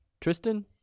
Tristan